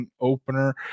opener